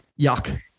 Yuck